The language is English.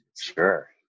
Sure